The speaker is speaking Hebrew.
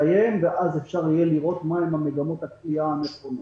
ניתן יהיה לראות אז מה הן מגמות הכליאה הנכונות.